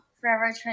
Forever